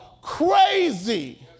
crazy